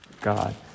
God